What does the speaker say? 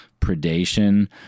predation